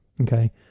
okay